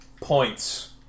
points